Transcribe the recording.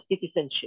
citizenship